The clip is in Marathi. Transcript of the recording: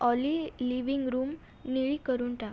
ऑली लिविंग रुम निळी करून टा